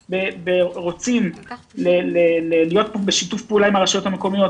רוצים להיות בשיתוף פעולה עם הרשויות המקומיות.